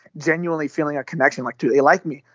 genuinely feeling a connection. like, do they like me?